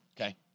Okay